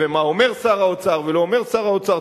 ומה אומר שר האוצר ולא אומר שר האוצר.